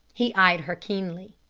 he eyed her keenly.